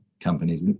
companies